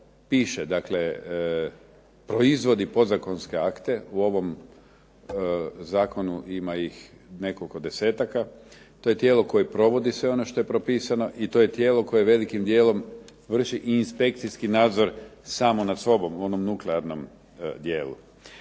piše proizvodi podzakonske akte u ovom zakonu ima ih nekoliko desetaka, to je tijelo koje provodi sve ono što je propisano i to je tijelo koje velikim dijelom vrši i inspekcijski nadzor samo nad sobom u onom nuklearnom dijelu.